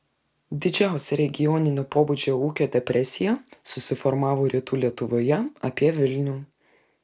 didžiausia regioninio pobūdžio ūkio depresija susiformavo rytų lietuvoje apie vilnių